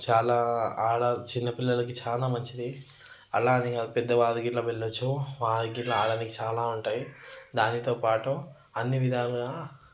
చాలా ఆడ చిన్న పిల్లలకి చానా మంచిది అలానే పెద్దవాళ్లు గిట్ల వెళ్లొచ్చు వాళ్లకి గిట్ల ఆడనీకి చాలా ఉంటాయి దానితోపాటు అన్ని విధాలుగా